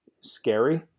scary